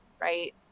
right